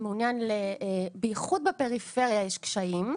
בייחוד בפריפריה יש קשיים.